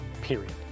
period